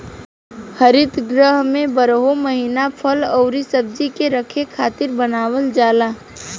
हरित गृह में बारहो महिना फल अउरी सब्जी के रखे खातिर बनावल जाला